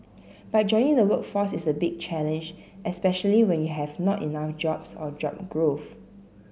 but joining the workforce is a big challenge especially when you have not enough jobs or job growth